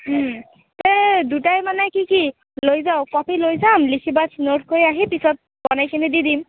এই দুটাই মানে কি কি লৈ যাওঁ কপি লৈ যাম লিখি বা ন'ট কৰি আহি পিছত বনাই কিনে দি দিম